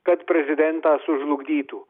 kad prezidentą sužlugdytų